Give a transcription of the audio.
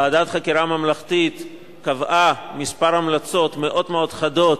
ועדת חקירה ממלכתית קבעה כמה המלצות מאוד מאוד חדות